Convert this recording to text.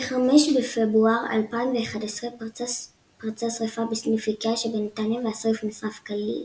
ב-5 בפברואר 2011 פרצה שרפה בסניף איקאה שבנתניה והסניף נשרף כליל.